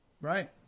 Right